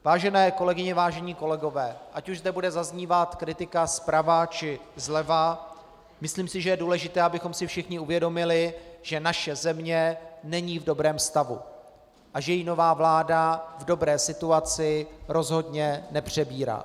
Vážené kolegyně, vážení kolegové, ať už zde bude zaznívat kritika zprava, či zleva, myslím si, že je důležité, abychom si všichni uvědomili, že naše země není v dobrém stavu a že ji nová vláda v dobré situaci rozhodně nepřebírá.